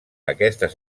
aquestes